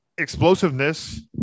Explosiveness